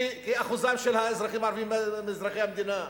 כאחוזם של האזרחים הערבים מכלל אזרחי המדינה,